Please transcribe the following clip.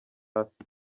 afite